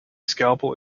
scalpel